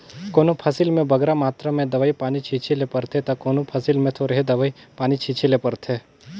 कोनो फसिल में बगरा मातरा में दवई पानी छींचे ले परथे ता कोनो फसिल में थोरहें दवई पानी छींचे ले परथे